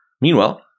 Meanwhile